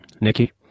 Nikki